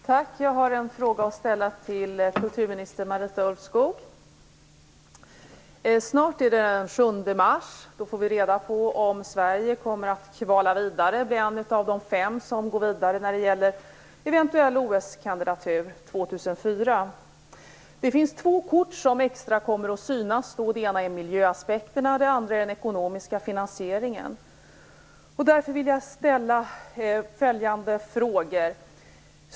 Herr talman! Jag har en fråga till kulturminister Snart är det den 7 mars, och då får vi reda på om Sverige kommer att kvala vidare och bli en av de fem som går vidare när det gäller en eventuell OS kandidatur för 2004. Två kort kommer då att synas extra: miljöaspekterna och den ekonomiska finansieringen. Därför vill jag ställa följande frågor.